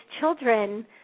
children